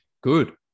Good